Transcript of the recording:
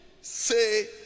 say